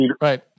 Right